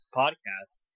podcast